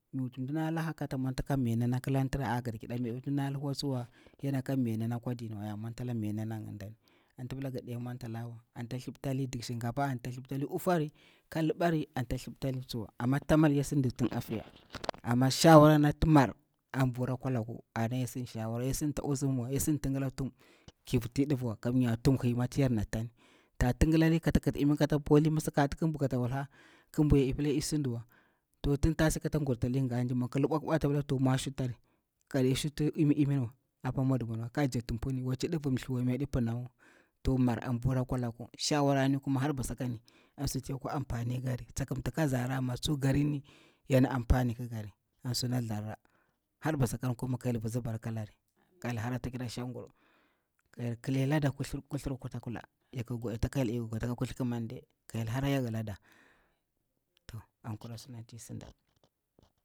Mi ik wuti mdina leha, ta mwan ta da miyana na klantira a gorki da, mi yaɗi wuti mdina laha tsuwa, ya ɗiya naka mayana na kwa din wa, ya mwantala miyana na ngindani. Anta pila gade mwantuwa, anta thiptali ndiki shinkafa, ka ufari, ka libari, tin ta mal anti ya sida tun a fiya, amma shawara nati mar an vura akwai laku, shanga su than thiptali, ta tingilali lidi, kata jikti tuhum, kata viti imi, tsan thliptali taa nthus, mi ik puyi kata pali ki shuta, to anah mar an vura akwa laku, shawara ni har basakani an suti yakwa amfani ki kari, taka mti ka zara amma har ba kulini shawara ni yana amfani ki kara, an suna thorra har ba kulini, ka hyel na gafara ka hyel kilimtalar kuthur kuta kula ik gwaditi ka hyel hara ya hilada to.